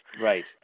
Right